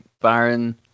Baron